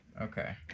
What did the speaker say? Okay